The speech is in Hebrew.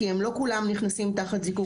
כי הם לא כולם נכנסים תחת ״זיקוק,